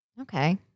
Okay